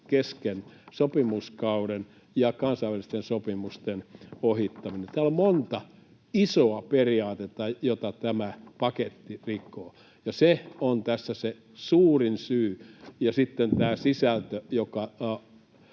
kesken sopimuskauden ja kansainvälisten sopimusten ohittaminen. Täällä on monta isoa periaatetta, joita tämä paketti rikkoo, ja se on tässä se suurin syy ja sitten tämä sisältö, joka